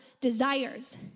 desires